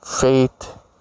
faith